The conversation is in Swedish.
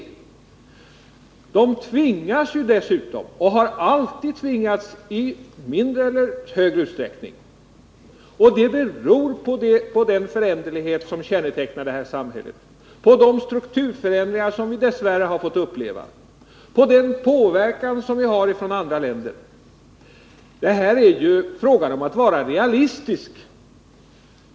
Människor tvingas dessutom i större eller mindre utsträckning att flytta och byta yrke, vilket beror på den föränderlighet som kännetecknar detta samhälle genom bl.a. de strukturförändringar som vi dess värre har fått uppleva och genom påverkan från andra länder. Det är här fråga om att vara realistisk.